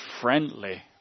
friendly